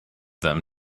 them